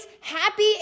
happy